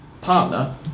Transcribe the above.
Partner